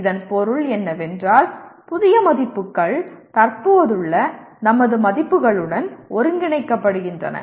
இதன் பொருள் என்னவென்றால் புதிய மதிப்புகள் தற்போதுள்ள நமது மதிப்புகளுடன் ஒருங்கிணைக்கப்படுகின்றன